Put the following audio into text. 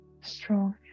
strong